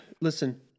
Listen